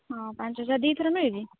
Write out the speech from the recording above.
ହଁ ପାଞ୍ଚ ହଜାର ଦୁଇଥର ମିଳୁଛି